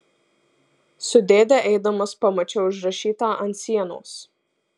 su dėde eidamas pamačiau užrašytą ant sienos